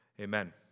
amen